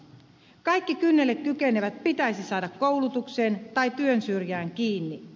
kaikki kynnelle kykenevät pitäisi saada koulutukseen tai työn syrjään kiinni